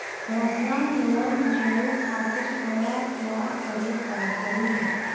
Personal loan लेवे खातिर कया क्या करे पड़तइ?